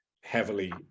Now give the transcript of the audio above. heavily